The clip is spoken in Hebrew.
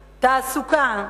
תעסוקה,